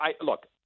look